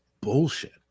bullshit